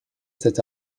cet